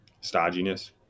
stodginess